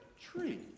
tree